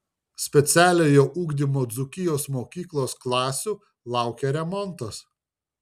specialiojo ugdymo dzūkijos mokyklos klasių laukia remontas